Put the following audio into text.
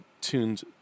tuned